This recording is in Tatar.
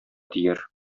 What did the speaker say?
тияр